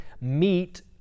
meet